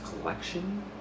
collection